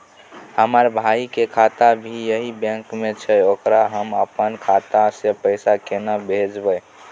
हमर भाई के खाता भी यही बैंक में छै ओकरा हम अपन खाता से पैसा केना भेजबै?